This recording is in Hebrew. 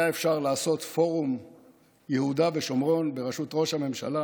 היה אפשר לעשות פורום יהודה ושומרון בראשות ראש הממשלה